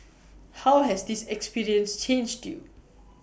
how has this experiences changed you